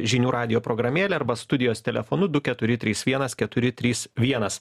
žinių radijo programėle arba studijos telefonu du keturi trys vienas keturi trys vienas